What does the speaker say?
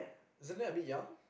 isn't that a bit young